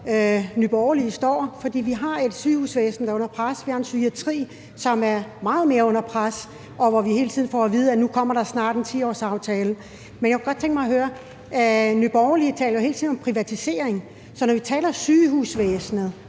Nye Borgerliges holdning til. Vi har et sygehusvæsen, der er under pres. Vi har en psykiatri, som er meget mere under pres, og hvor vi hele tiden får at vide, at nu kommer der snart en 10-årsaftale. Jeg kunne godt tænke mig at høre: Når Nye Borgerlige hele tiden taler om privatisering, er sygehusvæsenet